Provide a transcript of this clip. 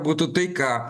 būtų taika